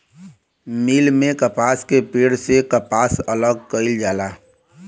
मिल में कपास के पेड़ से कपास अलग कईल जाला